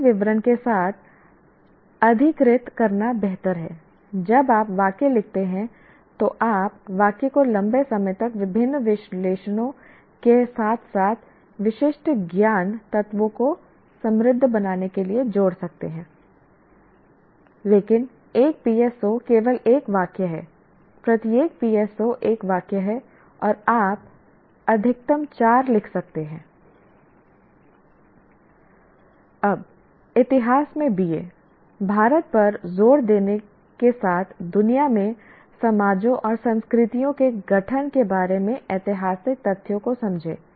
अधिक विवरण के साथ अधिकृत करना बेहतर है जब आप वाक्य लिखते हैं तो आप वाक्य को लंबे समय तक विभिन्न विशेषणों के साथ साथ विशिष्ट ज्ञान तत्वों को समृद्ध बनाने के लिए जोड़ सकते हैं लेकिन एक PSO केवल एक वाक्य है प्रत्येक PSO एक वाक्य है और आप अधिकतम चार लिख सकते है अब इतिहास में BA भारत पर जोर देने के साथ दुनिया के समाजों और संस्कृतियों के गठन के बारे में ऐतिहासिक तथ्यों को समझें